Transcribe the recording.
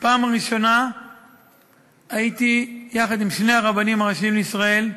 בפעם הראשונה הייתי יחד עם שני הרבנים הראשיים לישראל,